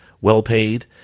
well-paid